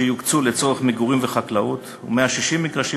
שיוקצו לצורכי מגורים וחקלאות ו-160 מגרשים